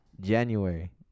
January